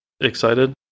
excited